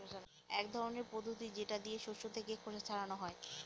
এক ধরনের পদ্ধতি যেটা দিয়ে শস্য থেকে খোসা ছাড়ানো হয়